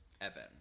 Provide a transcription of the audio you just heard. Evan